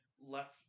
left